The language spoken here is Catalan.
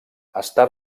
està